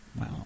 Wow